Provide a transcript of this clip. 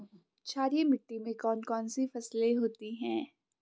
क्षारीय मिट्टी में कौन कौन सी फसलें होती हैं?